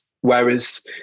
Whereas